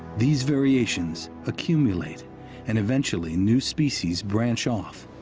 these variations accumulate and eventually new species branch off.